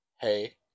hey